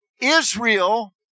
Israel